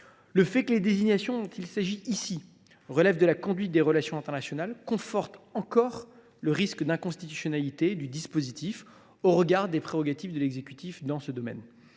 Le fait que les désignations dont il s’agit ici relèvent de la conduite des relations internationales conforte encore le risque d’inconstitutionnalité du dispositif au regard des prérogatives de l’exécutif dans ce domaine.